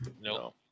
No